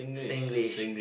Singlish